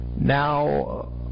Now